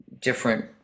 different